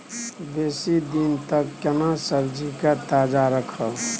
बेसी दिन तक केना सब्जी के ताजा रखब?